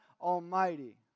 Almighty